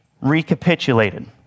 recapitulated